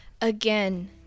again